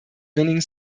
winning